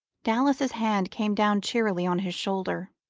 dallas's hand came down cheerily on his shoulder.